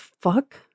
fuck